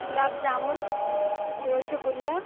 گلاب جامن رس گلہ